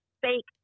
fake